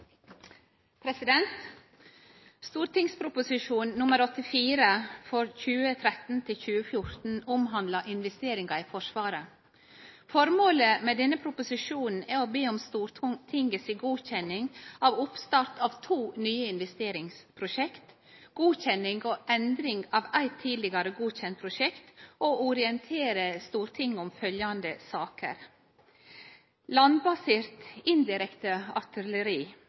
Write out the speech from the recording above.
for sakens ordfører. Prop. 84 S for 2013–2014 omhandlar investeringar i Forsvaret. Formålet med denne proposisjonen er å be om Stortingets godkjenning av oppstart av to nye investeringsprosjekt, godkjenning av endringar av eit tidlegare godkjent prosjekt og å orientere Stortinget om følgjande saker: Landbasert, indirekte